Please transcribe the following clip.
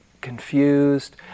confused